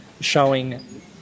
showing